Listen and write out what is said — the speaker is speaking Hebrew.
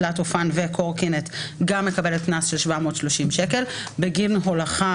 תלת אופן וקורקינט גם מקבלת קנס של 730 ש"ח בגין הולכה,